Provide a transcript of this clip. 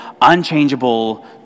unchangeable